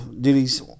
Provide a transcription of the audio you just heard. duties